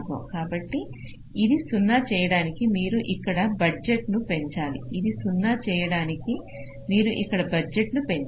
కాబట్టిఇది 0 చేయడానికి మీరు ఇక్కడ బడ్జెట్ ను పెంచాలి ఇది 0 చేయడానికి మీరు ఇక్కడ బడ్జెట్ను పెంచాలి